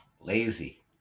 lazy